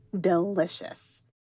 delicious